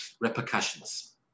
repercussions